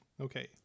Okay